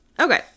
Okay